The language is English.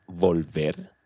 volver